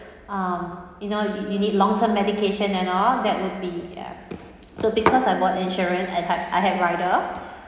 um you know yo~ you need long term medication and all that would be ya so because I bought insurance I had I have rider